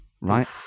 right